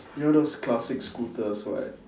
you know those classic scooters right